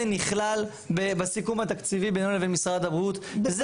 זה נכלל בסיכום התקציבי בינינו לבין משרד הבריאות וזה